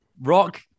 Rock